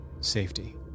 safety